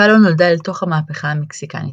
קאלו נולדה אל תוך המהפכה המקסיקנית,